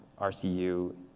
RCU